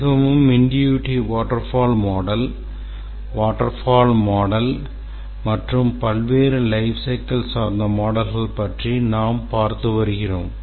மிகவும் intuitive waterfall model waterfall model மற்றும் பல்வேறு லைப் சைக்கிள் சார்ந்த மாடல்கள் பற்றி நாங்கள் பார்த்து வருகிறோம்